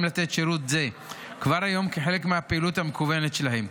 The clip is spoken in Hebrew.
לתת שירות זה כבר היום כחלק מהפעילות המקוונת שלהם.